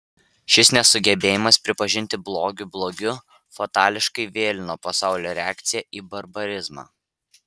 šis nesugebėjimas pripažinti blogį blogiu fatališkai vėlino pasaulio reakciją į barbarizmą